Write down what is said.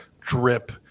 drip